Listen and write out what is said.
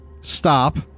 stop